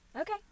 Okay